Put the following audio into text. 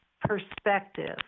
perspective